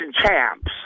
champs